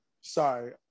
sorry